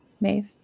Maeve